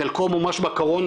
חלקו מומש בקורונה,